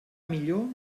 millor